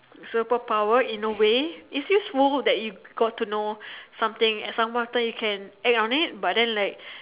superpower in a way it's useful that you got to know something and somewhat you can act on it but then like